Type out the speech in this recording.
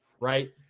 right